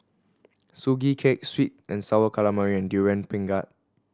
Sugee Cake sweet and Sour Calamari and Durian Pengat